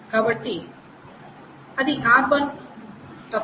కాబట్టి అది R1 తప్పక